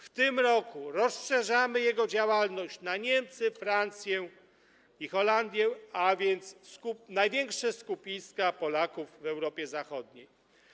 W tym roku rozszerzamy jego działalność na Niemcy, Francję i Holandię, a więc największe skupiska Polaków w Europie Zachodniej.